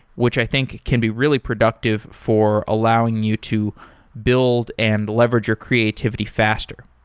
which i think can be really productive for allowing you to build and leverage your creativity faster.